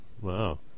Wow